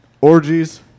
Orgies